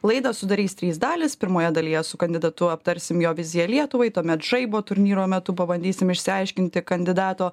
laidą sudarys trys dalys pirmoje dalyje su kandidatu aptarsim jo viziją lietuvai tuomet žaibo turnyro metu pabandysim išsiaiškinti kandidato